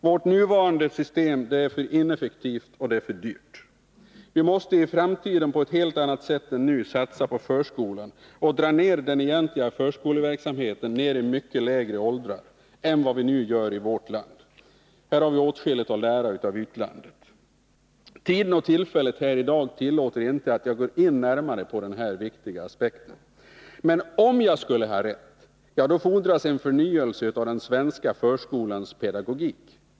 Vårt nuvarande system är för ineffektivt och för dyrt. Vi måste i framtiden på ett helt annat sätt än nu satsa på förskolan och dra ned den egentliga förskoleverksamheten i mycket lägre åldrar än vad vi nu gör i vårt land. Här har vi åtskilligt att lära av utlandet. Tiden och tillfället här i dag tillåter inte att jag går in närmare på denna viktiga aspekt. Men om jag skulle ha rätt, fordras en förnyelse av den svenska förskolans pedagogik.